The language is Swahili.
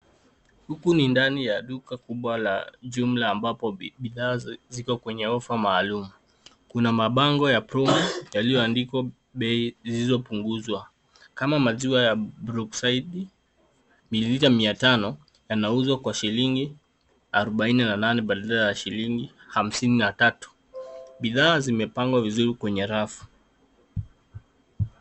Huku ni ndani ya duka kubwa la jumla ambapo bidhaa ziko kwenye offer maalum. Kuna mabango ya promo yaliyoandikwa bei zilizopunguzwa. Kama maziwa ya brookside mililita mia tano, yanauzwa kwa shilingi arubaini na nane badala ya shilingi hamsini na tatu. Bidhaa zimepangwa vizuri kwenye rafu.